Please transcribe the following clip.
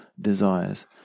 desires